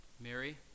Mary